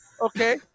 Okay